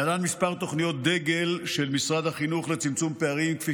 להלן כמה תוכניות דגל של משרד החינוך לצמצום פערים כפי